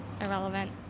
irrelevant